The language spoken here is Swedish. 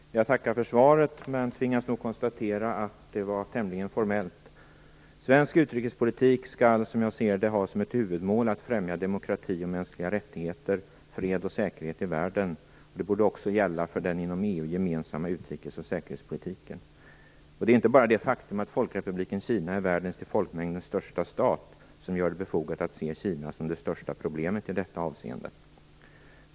Fru talman! Jag tackar för svaret men tvingas konstatera att svaret var tämligen formellt. Svensk utrikespolitik skall, som jag ser det, som ett huvudmål ha ett främja demokrati och mänskliga rättigheter, fred och säkerhet i världen. Det borde också gälla för den inom EU gemensamma utrikes och säkerhetspolitiken. Det är inte bara det faktum att folkrepubliken Kina är världens till folkmängden största stat som gör det befogat att se Kina som det största problemet i detta avseende.